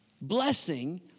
Blessing